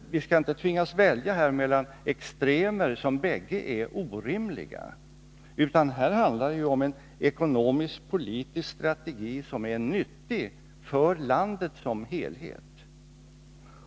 Vi skall inte tvingas välja mellan extremer som bägge är orimliga. Här handlar det om en ekonomisk-politisk strategi som är nyttig för landet som helhet.